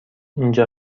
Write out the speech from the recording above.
اینجا